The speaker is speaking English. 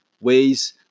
ways